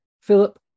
Philip